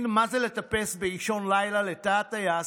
מה זה לטפס באישון לילה לתא הטייס,